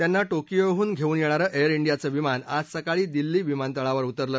त्यांना टोकियोहून घेऊन येणारं एअर डियाचं विमान आज सकाळी दिल्ली विमानतळावर उतरलं